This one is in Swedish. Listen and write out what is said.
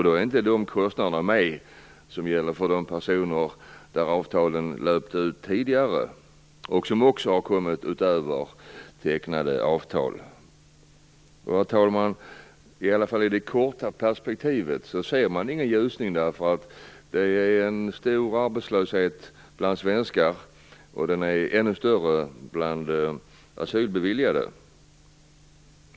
Då är inte de kostnader inräknade som gäller de personer för vilka avtalen löpte ut tidigare och också dem som har kommit utöver tecknade avtal. Herr talman! I det korta perspektivet ser man ingen ljusning, eftersom arbetslösheten bland svenskar är stor och ännu större bland asylbeviljade.